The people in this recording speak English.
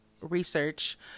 research